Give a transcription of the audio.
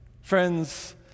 Friends